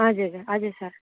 हजुर हजुर सर